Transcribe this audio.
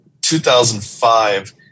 2005